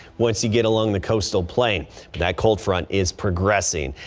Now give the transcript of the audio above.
once you get along the coastal plain that cold front is progressing.